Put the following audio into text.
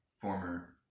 former